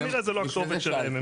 כנראה שזו לא הכתובת שלהם,